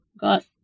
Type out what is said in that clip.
got